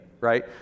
right